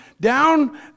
down